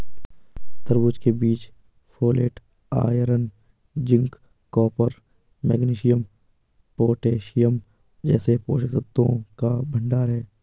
तरबूज के बीज folate, iron, zinc, copper, magnesium, potassium जैसे पोषक तत्वों का भंडार है